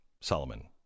Solomon